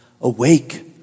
Awake